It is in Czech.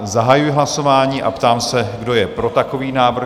Zahajuji hlasování a ptám se, kdo je pro takový návrh?